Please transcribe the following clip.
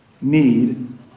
need